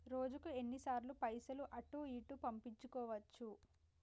రోజుకు ఎన్ని సార్లు పైసలు అటూ ఇటూ పంపించుకోవచ్చు?